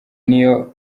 niyo